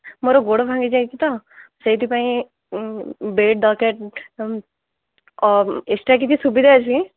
ମୋର ଗୋଡ଼ ଭାଙ୍ଗି ଯାଇଛି ତ ସେଇଥିପାଇଁ ବେଡ଼୍ ଦରକାର ଏକ୍ସଟ୍ରା କିଛି ସୁବିଧା ଅଛି